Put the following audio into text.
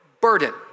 burden